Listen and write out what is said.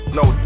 no